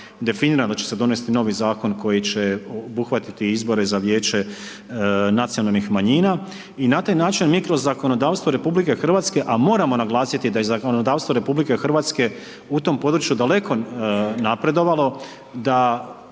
da će se donijeti novi zakon, koji će obuhvatiti izbore za vijeće nacionalnih manjina i na taj način mi kroz zakonodavstvu RH, a moramo naglasiti da je zakonodavstvo RH u tom području daleko napredovalo, da